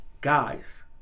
guys